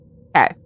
okay